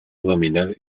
dominar